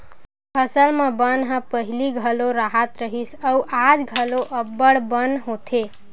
फसल म बन ह पहिली घलो राहत रिहिस अउ आज घलो अब्बड़ बन होथे